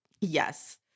Yes